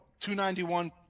291